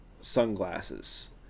sunglasses